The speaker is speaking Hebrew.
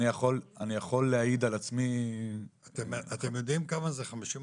אתם יודעים כמה זה 50%?